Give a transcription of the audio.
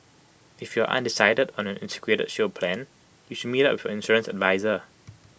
if you are undecided on an integrated shield plan you should meet up your insurance adviser